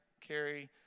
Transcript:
carry